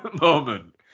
moment